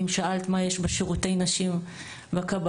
אם שאלת מה יש בשירותי נשים בכבאות,